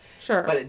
Sure